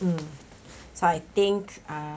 mm so I think uh